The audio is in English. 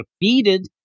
defeated